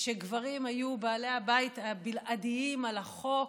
כשגברים היו בעלי הבית הבלעדיים על החוק,